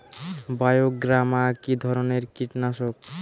বায়োগ্রামা কিধরনের কীটনাশক?